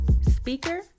speaker